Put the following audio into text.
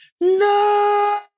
no